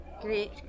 Great